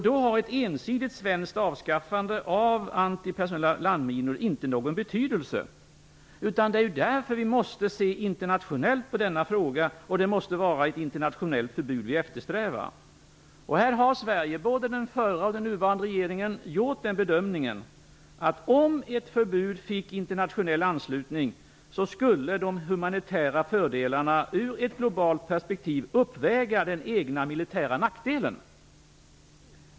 Då har ett ensidigt svenskt avskaffande av antipersonella landminor inte någon betydelse. Det är därför som vi måste se internationellt på denna fråga, och vi måste eftersträva ett internationellt förbud. Här har både den förra och den nuvarande regeringen gjort den bedömningen att om det gick att få internationell anslutning kring ett förbud, skulle de humanitära fördelarna ur ett globalt perspektiv uppväga den egna militära nackdelen.